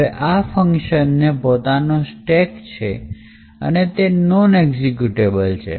હવે આ ફંકશન ને પોતાનો સ્ટેક છે અને તે નોન એક્ઝિક્યુટેબલ છે